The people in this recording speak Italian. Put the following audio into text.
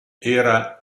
era